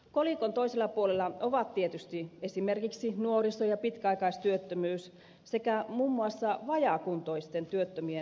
kolikon toisella puolella ovat tietysti esimerkiksi nuoriso ja pitkäaikaistyöttömyys sekä muun muassa vajaakuntoisten työttömien suuri joukko